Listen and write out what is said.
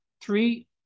three